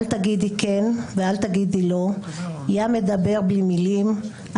אל תגידו כן ואל תגידי לא/ ים מדבר בלי מילים/